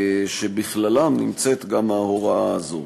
שבכללן נמצאת גם ההוראה הזו.